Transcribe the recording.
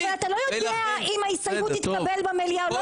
אבל אתה לא יודע אם ההסתייגות תתקבל במליאה או לא.